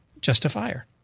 justifier